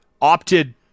opted